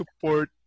support